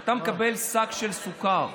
אתה מקבל שק של סוכר.